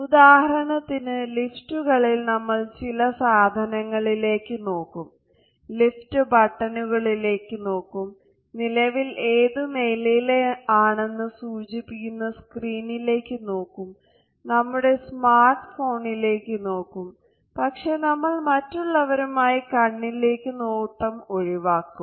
ഉദാഹരണത്തിന് ലിഫ്റ്റുകളിൽ നമ്മൾ ചില സാധനങ്ങളിലേക്ക് നോക്കും ചിലരുടെ കണ്ണുകളിൽ നോക്കും ലിഫ്റ്റ് ബട്ടണുകളിലേക്ക് നോക്കും നിലവിൽ ഏത് നിലയിലാണെന്ന് സൂചിപ്പിക്കുന്ന സ്ക്രീനിലേക്ക് നോക്കും നമ്മുടെ സ്മാർട്ട് ഫോണിലേക്ക് നോക്കും പക്ഷെ നമ്മൾ മറ്റുള്ളവരുമായി കണ്ണിലേക്കുള്ള നോട്ടം ഒഴിവാക്കും